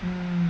mm mm